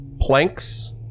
planks